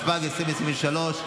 התשפ"ג 2023,